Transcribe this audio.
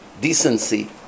decency